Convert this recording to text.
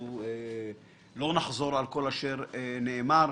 אנחנו לא נחזור על כל אשר נאמר.